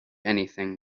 anything